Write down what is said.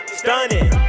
stunning